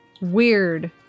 weird